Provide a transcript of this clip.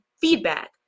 feedback